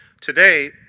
Today